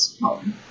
home